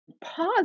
pause